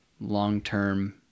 long-term